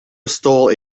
stole